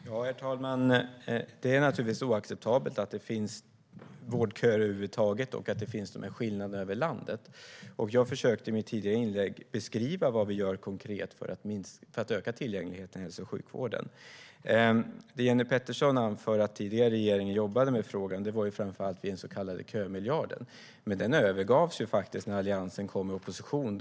Herr talman! Det är naturligtvis oacceptabelt att det finns vårdköer över huvud taget och att det finns de här skillnaderna över landet. Jag försökte i mitt tidigare inlägg beskriva vad vi gör konkret för att öka tillgängligheten i hälso och sjukvården. Jenny Petersson anför att tidigare regering jobbade med frågan, och det var framför allt i och med den så kallade kömiljarden. Men den övergavs faktiskt när Alliansen kom i opposition.